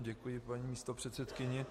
Děkuji, paní místopředsedkyně.